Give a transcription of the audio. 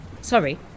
sorry